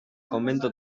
convento